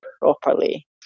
properly